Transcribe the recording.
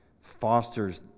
fosters